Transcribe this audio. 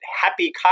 Happy